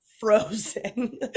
frozen